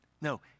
No